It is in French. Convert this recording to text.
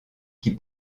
qui